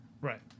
Right